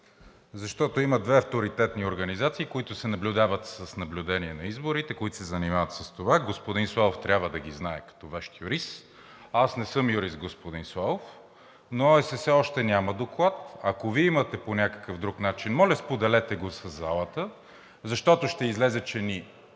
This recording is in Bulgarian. Има две авторитетни организации, които се занимават с наблюдение на изборите – господин Славов трябва да ги знае като вещ юрист. Аз не съм юрист, господин Славов, но ОССЕ още няма доклад. Ако Вие имате по някакъв друг начин, моля, споделете го със залата, защото ще излезе, че ни